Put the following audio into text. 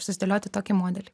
susidėlioti tokį modelį